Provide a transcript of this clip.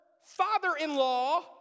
Father-in-law